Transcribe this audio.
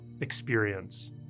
experience